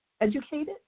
educated